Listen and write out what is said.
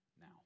now